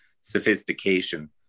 sophistication